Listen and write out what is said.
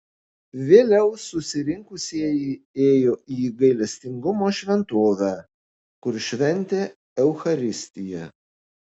vėliau susirinkusieji ėjo į gailestingumo šventovę kur šventė eucharistiją